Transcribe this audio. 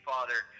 Father